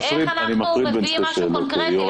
איך אנחנו מביאים משהו קונקרטי,